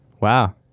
Wow